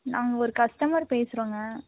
நாங்கள் ஒரு கஸ்டமர் பேசுகிறோங்க